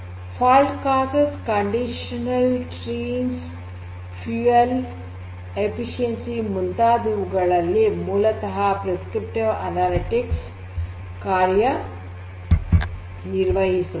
fault causes condition trains fuel efficiency ಮುಂತಾದವುಗಳಲ್ಲಿ ಮೂಲತಃ prescriptive analytics ಕಾರ್ಯ ನಿರ್ವಹಿಸುತ್ತದೆ